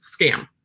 Scam